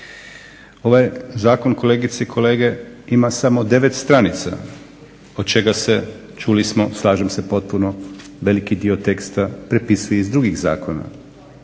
Ovaj Zakon ima samo devet stranica, od čega se slažem se potpuno dio teksta prepisuje iz drugih zakona.